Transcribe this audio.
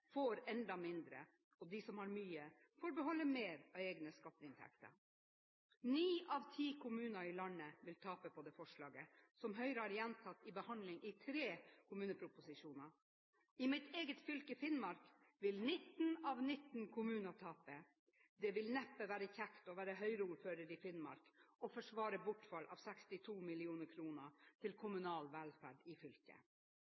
får enda mindre, og de som har mye, får beholde mer av egne skatteinntekter. Ni av ti kommuner i landet vil tape på det forslaget som Høyre har gjentatt ved behandling av tre kommuneproposisjoner. I mitt eget fylke Finnmark vil 19 av 19 kommuner tape. Det vil neppe være kjekt å være Høyre-ordfører i Finnmark og forsvare bortfall av 62 mill. kr til